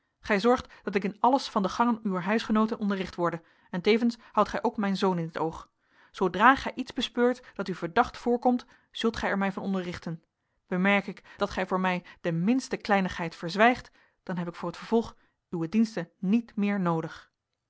gij zorgt dat ik in alles van de gangen uwer huisgenooten onderricht worde en tevens houdt gij ook mijn zoon in t oog zoodra gij iets bespeurt dat u verdacht voorkomt zult gij er mij van onderrichten bemerk ik dat gij voor mij de minste kleinigheid verzwijgt dan heb ik voor t vervolg uwe diensten niet meer noodig